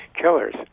killers